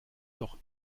doch